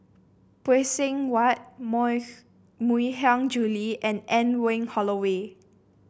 Phay Seng Whatt Mui Hiang Julie and Anne Wong Holloway